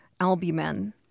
albumin